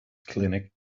clinic